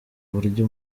buryo